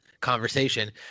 conversation